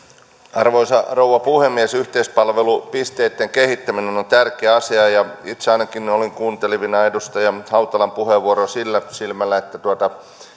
arvoisa rouva puhemies yhteispalvelupisteitten kehittäminen on on tärkeä asia ja itse ainakin olin kuuntelevinani edustaja hautalan puheenvuoron sillä silmällä että